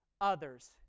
others